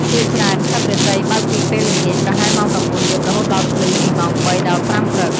ភាគច្រើន ក្លឹបរាត្រីបើកពីពេលល្ងាច ប្រហែលម៉ោង ៩ យប់ រហូតដល់ភ្លឺ ពីម៉ោង ៣ ដល់ ៥ ព្រឹក។